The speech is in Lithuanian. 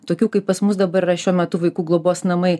tokių kaip pas mus dabar yra šiuo metu vaikų globos namai